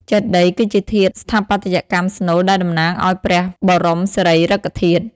ចេតិយ គឺជាធាតុស្ថាបត្យកម្មស្នូលដែលតំណាងឱ្យព្រះបរមសារីរិកធាតុ។